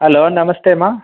hello ನಮಸ್ತೆಮಾ